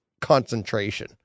concentration